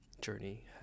journey